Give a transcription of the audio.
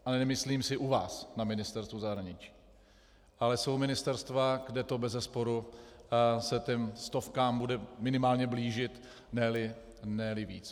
Nemyslím u vás, na Ministerstvu zahraničí, ale jsou ministerstva, kde se to bezesporu těm stovkám bude minimálně blížit, neli víc.